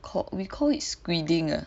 called we call it squidding ah